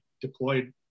deployed